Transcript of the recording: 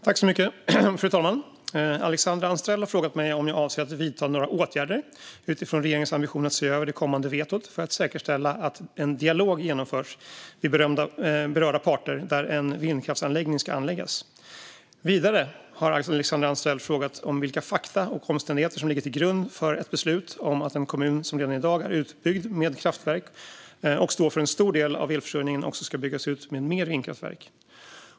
Fru talman! Alexandra Anstrell har frågat mig om jag avser att vidta några åtgärder utifrån regeringens ambition att se över det kommunala vetot för att säkerställa att en dialog genomförs med berörda parter där en vindkraftsanläggning ska anläggas. Vidare har Alexandra Anstrell frågat vilka fakta och omständigheter som ligger till grund för ett beslut om att en kommun som redan i dag är utbyggd med kraftverk och står för en stor del av elförsörjningen också ska byggas ut mer med vindkraftverk.